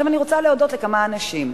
עכשיו, אני רוצה להודות לכמה אנשים.